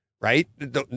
Right